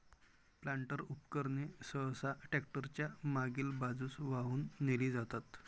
planter उपकरणे सहसा tractor च्या मागील बाजूस वाहून नेली जातात